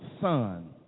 son